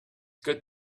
good